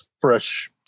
fresh